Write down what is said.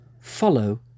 follow